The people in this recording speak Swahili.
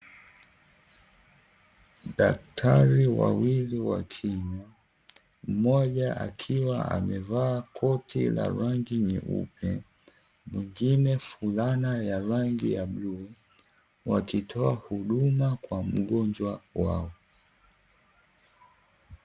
Daktari wawili wa kinywa, mmoja akiwa amevaa koti la rangi nyeupe mwengine fulana ya rangi ya bluu wakitoa huduma kwa mgonjwa wao.